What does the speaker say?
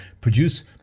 produce